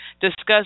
discuss